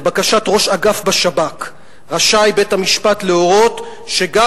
לבקשת ראש אגף השב"כ רשאי בית-המשפט להורות שגם